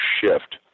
shift